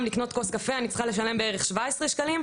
לקנות כוס קפה אני צריכה לשלם בערך 17 שקלים,